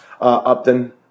Upton